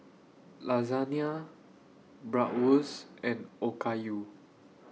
Lasagne Bratwurst and Okayu